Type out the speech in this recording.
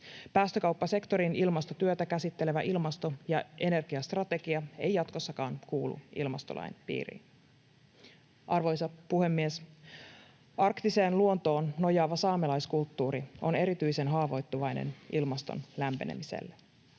Päästökauppasektorin ilmastotyötä käsittelevä ilmasto- ja energiastrategia ei jatkossakaan kuulu ilmastolain piiriin. Arvoisa puhemies! Arktiseen luontoon nojaava saamelaiskulttuuri on erityisen haavoittuvainen ilmaston lämpenemisen